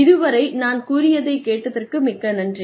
இதுவரை நான் கூறியதைக் கேட்டதற்கு மிக்க நன்றி